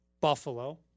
Buffalo